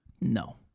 No